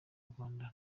rwanda